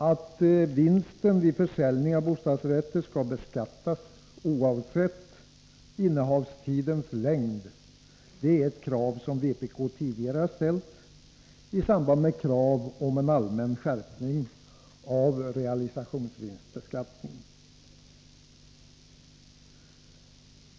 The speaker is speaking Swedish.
Att vinsten vid försäljningen av bostadsrätter skall beskattas oavsett innehavstidens längd är ett krav som vpk tidigare ställt isamband med krav på en allmän skärpning av realisationsvinstbeskattningen.